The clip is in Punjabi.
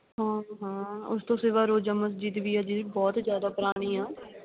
ਹਾਂ ਹਾਂ ਉਸ ਤੋਂ ਸਿਵਾ ਰੋਜ਼ਾ ਮਸਜਿਦ ਵੀ ਹੈ ਜਿਹਦੀ ਬਹੁਤ ਜ਼ਿਆਦਾ ਪੁਰਾਣੀ ਆ